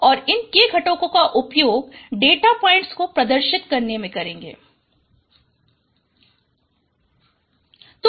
और इन k घटकों का उपयोग डेटा पॉइंट्स को प्रदर्शित करने में करना है